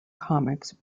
comics